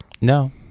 No